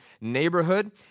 neighborhood